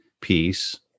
peace